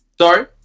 Sorry